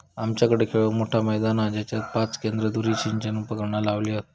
आमच्याकडे खेळूक मोठा मैदान हा जेच्यात पाच केंद्र धुरी सिंचन उपकरणा लावली हत